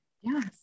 Yes